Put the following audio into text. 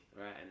right